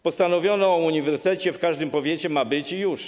Postanowiono o uniwersytecie w każdym powiecie - ma być i już.